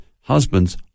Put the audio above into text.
Husbands